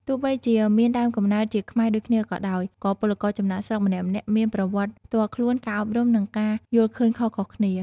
ទោះបីជាមានដើមកំណើតជាខ្មែរដូចគ្នាក៏ដោយ ក៏ពលករចំណាកស្រុកម្នាក់ៗមាន ប្រវត្តិផ្ទាល់ខ្លួន ការអប់រំ និងការយល់ឃើញខុសៗគ្នា ។